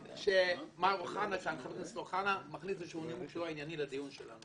חבר הכנסת אוחנה מכניס איזשהו נימוק שהוא לא ענייני לדיון שלנו.